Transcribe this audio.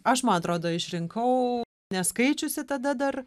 aš ma atrodo išrinkau neskaičiusi tada dar